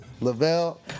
Lavelle